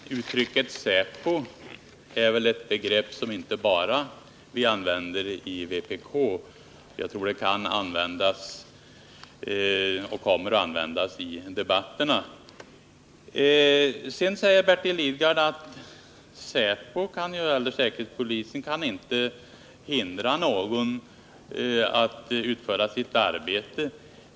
Herr talman! Uttrycket säpo är väl ett begrepp som inte bara vi i vpk använder — jag tror att det kan användas och kommer att användas i debatterna. Sedan säger Bertil Lidgard att säkerhetspolisen inte kan hindra någon att utföra sitt arbete.